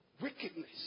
Wickedness